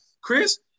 Chris